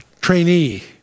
trainee